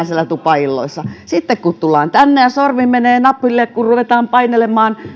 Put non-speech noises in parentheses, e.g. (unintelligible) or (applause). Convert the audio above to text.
(unintelligible) siellä tupailloissa puhutaan sitten kun tullaan tänne ja sormi menee napille kun ruvetaan painelemaan